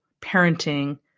parenting